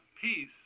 peace